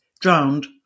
drowned